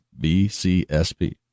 BCSP